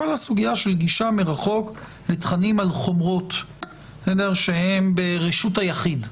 כל הסוגיה של גישה מרחוק לתכנים על חומרות שהם ברשות היחיד.